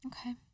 okay